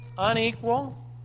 Unequal